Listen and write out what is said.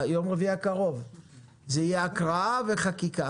ביום רביעי הקרוב תהיה הקראה וחקיקה.